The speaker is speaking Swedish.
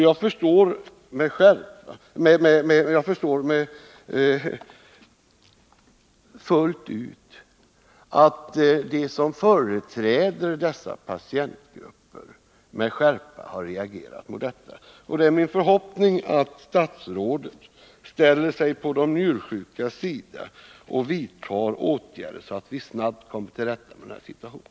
Jag förstår fullt ut att de som företräder dessa patientgrupper med skärpa har reagerat mot detta. Det är min förhoppning att statsrådet ställer sig på de njursjukas sida och vidtar åtgärder så att vi snabbt kommer till rätta med situationen.